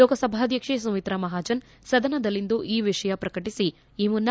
ಲೋಕಸಭಾಧ್ಲಕ್ಷೆ ಸುಮಿತ್ರಾ ಮಹಾಜನ್ ಸದನದಲ್ಲಿಂದು ಈ ವಿಷಯ ಪ್ರಕಟಿಸಿ ಈ ಮುನ್ನ